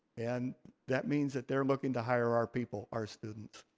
and that means that they're looking to hire our people, our students.